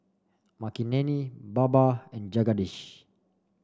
Makineni Baba and Jagadish